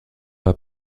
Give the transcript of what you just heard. pas